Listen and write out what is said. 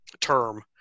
term